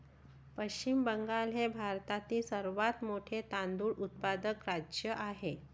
पश्चिम बंगाल हे भारतातील सर्वात मोठे तांदूळ उत्पादक राज्य आहे